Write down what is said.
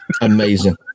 Amazing